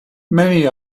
many